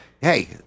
hey